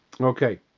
Okay